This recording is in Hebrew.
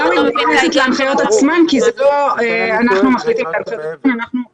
מה קורה לעסקים שנפתחו אחרי ה-28 בפברואר,